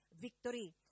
victory